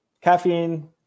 caffeine